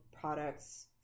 products